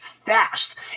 fast